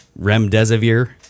Remdesivir